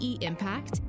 Impact